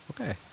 Okay